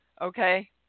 Okay